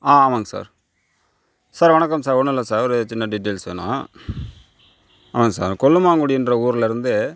ஆ ஆமாங்க sir sir வணக்கம் sir ஒன்னும் இல்லை சார் ஒரு சின்ன டீட்டெய்ல்ஸ் வேணும் ஆமாங்க சார் கொல்லுமாங்குடி என்ற ஊரில் இருந்து